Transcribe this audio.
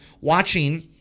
watching